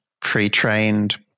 pre-trained